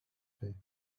fer